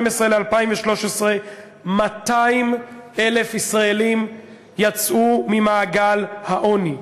ו-2013 יצאו 200,000 ישראלים ממעגל העוני.